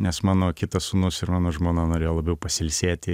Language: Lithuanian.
nes mano kitas sūnus ir mano žmona norėjo labiau pasilsėti